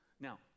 Now